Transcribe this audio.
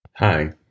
Hi